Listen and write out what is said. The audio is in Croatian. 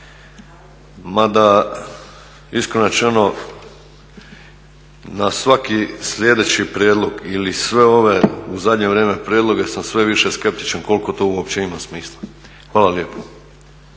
mada iskreno rečeno na svaki sljedeći prijedlog ili sve ove u zadnje vrijeme prijedloge sam sve više skeptičan koliko to uopće ima smisla. Hvala lijepa.